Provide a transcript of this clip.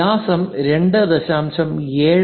വ്യാസം 2